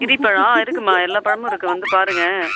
கிரி பழம் இருக்கும்மா எல்லா பழமும் இருக்குது வந்து பாருங்கள்